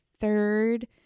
third